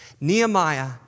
Nehemiah